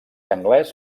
anglès